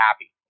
happy